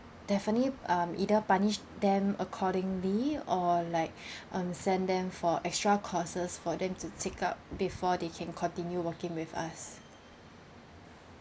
definitely um either punish them accordingly or like um send them for extra courses for them to take up before they can continue working with us